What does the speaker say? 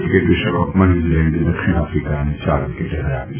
cricket વિશ્વકપમાં ન્યૂઝીલેન્ડે દક્ષિણ આફિકાને ચાર વિકેટે ફરાવ્યું